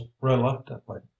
reluctantly